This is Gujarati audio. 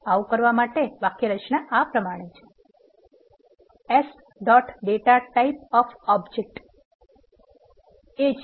આવુ કરવા માટે વાક્યરચના આ પ્રમાણે છે S dot data type of object છે